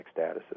statuses